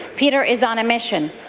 peter is on a mission.